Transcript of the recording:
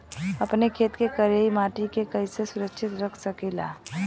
आपन खेत के करियाई माटी के कइसे सुरक्षित रख सकी ला?